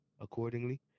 accordingly